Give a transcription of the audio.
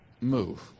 move